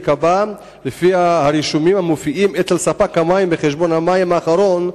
ייקבע לפי הרישומים אצל ספק המים בחשבון המים האחרון,